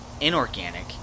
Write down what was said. inorganic